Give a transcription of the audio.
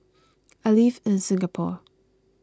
I live in Singapore